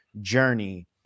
journey